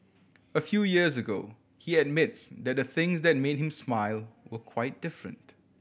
a few years ago he admits that the things that made him smile were quite different